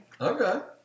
Okay